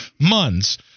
months